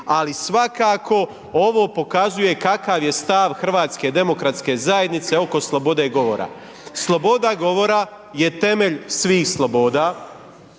ali svakako ovo pokazuje kakav je stav HDZ-a oko slobode govora. Sloboda govora je temelj svih sloboda